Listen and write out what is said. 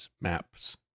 maps